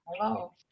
hello